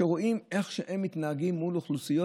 שרואים איך שהם מתנהגים מול אוכלוסיות,